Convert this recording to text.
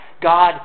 God